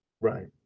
Right